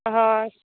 அஹா